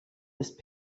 ist